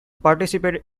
participated